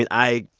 and i